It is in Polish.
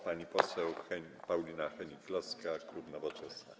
Pani poseł Paulina Hennig-Kloska, klub Nowoczesna.